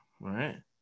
right